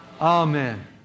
Amen